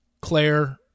Claire